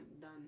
done